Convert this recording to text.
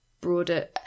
broader